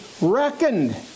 reckoned